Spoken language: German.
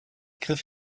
griff